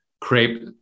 crepe